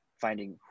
finding